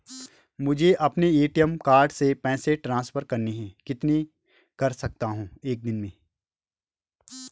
मुझे अपने ATM card से पैसे ट्रांसफर करने हैं कितने कर सकता हूँ एक दिन में?